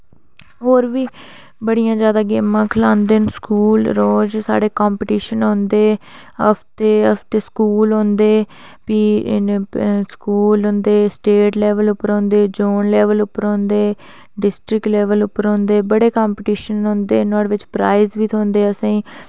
होर बी बड़ियां जादै गेमां खलांदे न स्कूल रोज़ साढ़े कंपीटिशन होंदे हफ्ते हफ्ते स्कूल होंदे भी इन्ने स्कूल होंदे स्टेट लेवल पर होंदे जोन लेवल पर होंदे डिस्ट्रिक्ट लेवल पर होंदे बड़े लेवल पर होंदे नुहाड़े बिच प्राईज़ बी थ्होंदे असेंगी